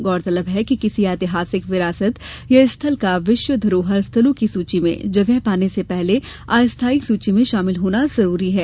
गौरतलब है कि किसी ऐतिहासिक विरासत या स्थल का विश्व धरोहर स्थलों की सूची में जगह पाने से पहले अस्थायी सूची में शामिल होना जरूरी है